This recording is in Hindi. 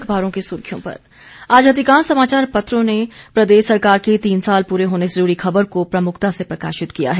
अब सुर्खियां समाचार पत्रों से आज अधिकांश समाचार पत्रों प्रदेश सरकार के तीन साल पूरे होने से जुड़ी खबर को प्रमुखता से प्रकाशित किया है